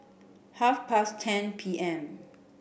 half past ten P M